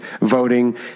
voting